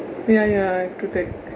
ya ya ya true that